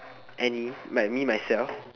any like me myself